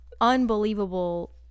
unbelievable